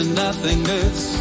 nothingness